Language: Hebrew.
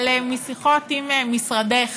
אבל משיחות עם משרדך